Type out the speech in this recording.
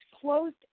closed